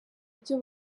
byo